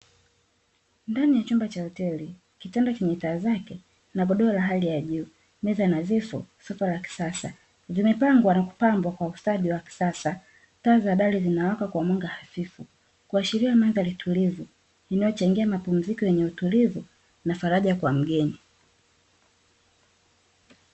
Ndani ya chumba cha hoteli, kitanda kina taa zake na godoro la hali ya juu, meza nadhifu na shuka za kisasa; zimepangwa na kupambwa kwa ustadi wa kisasa. Taa za dari zinawaka kwa mwanga hafifu kuashiria mwanga ni tulivu, inayochangia mapumziko yenye utulivu na faraja kwa mgeni.